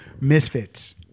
Misfits